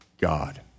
God